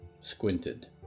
squinted